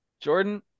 Jordan